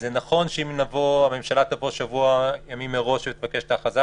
נכון שאם הממשלה תבוא שבוע ימים מראש ותבקש את ההכרזה,